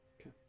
Okay